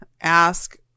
ask